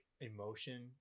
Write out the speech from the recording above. emotion